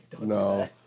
No